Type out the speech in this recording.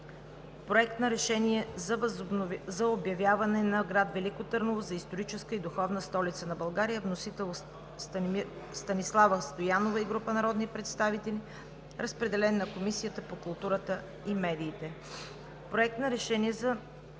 Проект на решение за обявяване на град Велико Търново за историческа и духовна столица на България. Вносител е Станислава Стоянова и група народни представители. Разпределен е на Комисията по културата и медиите.